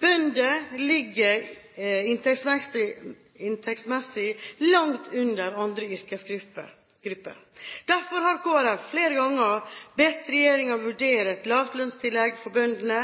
Bønder ligger inntektsmessig langt under andre yrkesgrupper. Derfor har Kristelig Folkeparti flere ganger bedt regjeringen vurdere et lavlønnstillegg for bøndene,